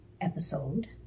episode